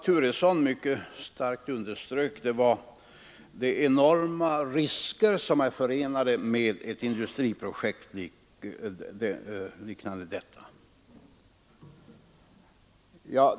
Herr Turesson underströk mycket starkt de enorma risker som är förenade med ett industriprojekt av detta slag.